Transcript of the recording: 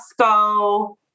Costco